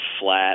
flat